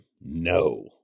No